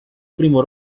primo